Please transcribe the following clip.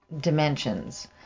dimensions